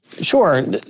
Sure